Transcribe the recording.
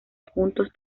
juntos